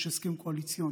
יש הסכם קואליציוני,